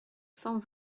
cent